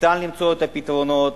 ניתן למצוא את הפתרונות,